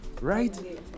Right